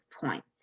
point